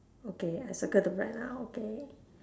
okay I circle the bread ah okay